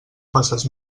faces